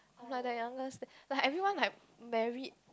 like the youngest there like everyone like married